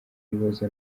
ibibazo